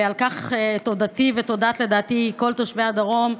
ועל כך תודתי ותודת כל תושבי הדרום,